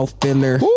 filler